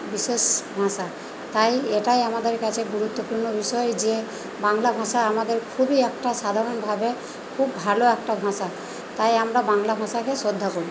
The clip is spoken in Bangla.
বিশেষ ভাষা তাই এটাই আমাদের কাছে গুরুত্বপূর্ণ বিষয় যে বাংলা ভাষা আমাদের খুবই একটা সাধারণভাবে খুব ভালো একটা ভাঁষা তাই আমরা বাংলা ভাষাকে শ্রদ্ধা করি